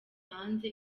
hanze